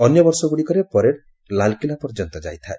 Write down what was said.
ଅନ୍ୟ ବର୍ଷ ଗୁଡ଼ିକରେ ପ୍ୟାରେଡ୍ ଲାଲ୍କିଲା ପର୍ଯ୍ୟନ୍ତ ଯାଇଥାଏ